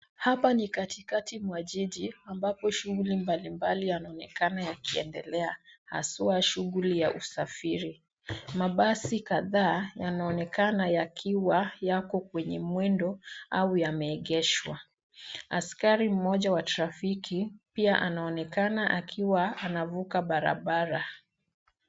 Hapa ni katikati mwa jiji ambapo shughuli mbalimbali yanaonekana yakiendelea hasa shughuli ya usafiri. Mabasi kadhaa yanaonenaka yakiwa yako kwenye mwendo au yameegeshwa. Askari mmoja wa trafiki pia anaonekana akiwa anavuka barabara.